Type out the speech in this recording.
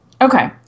Okay